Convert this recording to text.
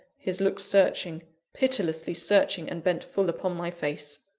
his looks searching pitilessly searching, and bent full upon my face.